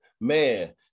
Man